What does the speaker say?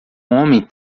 homem